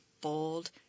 bold